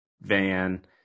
van